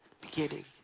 beginning